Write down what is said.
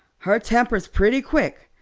her temper's pretty quick,